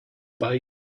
bike